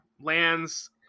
lands